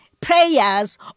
prayers